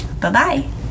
Bye-bye